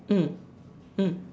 mm mm